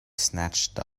snatched